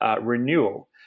renewal